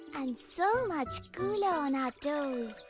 and so much cooler on our toes.